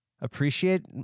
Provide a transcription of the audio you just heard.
appreciate